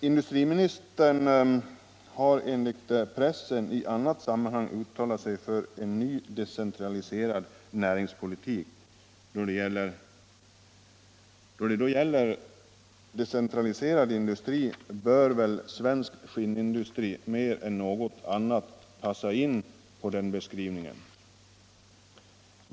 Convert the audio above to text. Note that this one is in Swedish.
Industriministern har enligt pressen i annat sammanhang uttalat sig för en ny, decentraliserad näringspolitik. Då det gäller decentraliserad industri bör väl svensk skinnindustri mer än något annat passa in på den beskrivningen.